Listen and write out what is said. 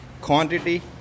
quantity